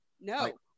no